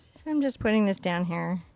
so i'm just putting this down here.